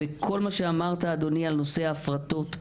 וכל מה שאמרת אדוני בנושא ההפרטות,